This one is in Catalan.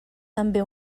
també